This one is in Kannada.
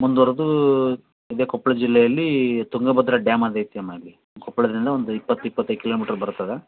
ಮುಂದುವರ್ದೂ ಇದೇ ಕೊಪ್ಳ ಜಿಲ್ಲೆಯಲ್ಲಿ ತುಂಗಭದ್ರಾ ಡ್ಯಾಮ್ ಆಗೈತಿ ಅಮ್ಮ ಅಲ್ಲಿ ಕೊಪ್ಪಳದಿಂದ ಒಂದು ಇಪ್ಪತ್ತು ಇಪ್ಪತ್ತೈದು ಕಿಲೋಮೀಟ್ರು ಬರ್ತದೆ